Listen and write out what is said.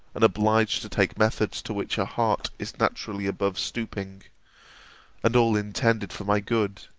and obliged to take methods to which her heart is naturally above stooping and all intended for my good,